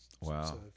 Wow